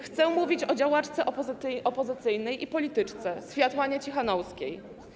Chcę mówić o działaczce opozycyjnej i polityczce Swiatłanie Cichanouskiej.